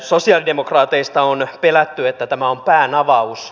sosialidemokraateissa on pelätty että tämä on päänavaus